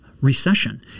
Recession